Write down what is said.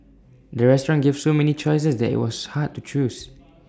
the restaurant gave so many choices that IT was hard to choose